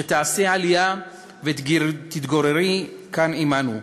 שתעשי עלייה ותתגוררי כאן עמנו,